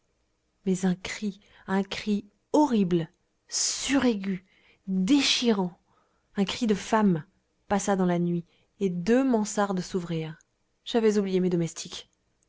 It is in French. mais un cri un cri horrible suraigu déchirant un cri de femme passa dans la nuit et deux mansardes s'ouvrirent j'avais oublié mes domestiques